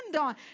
on